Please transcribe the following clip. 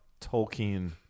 Tolkien